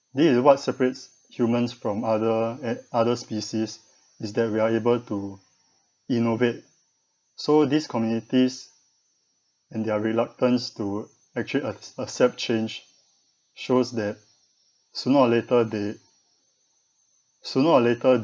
this is what separates humans from other at other species is that we are able to innovate so these communities and their reluctance to actually ac~ accept change shows that sooner or later they sooner or later